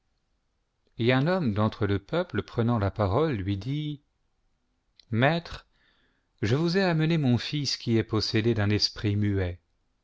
et un homme d'entre le peuple prenant la parole lui dit maître je vous ai amené mon fils qui est possédé d'un esprit muet